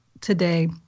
today